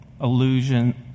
illusion